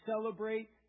celebrate